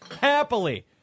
Happily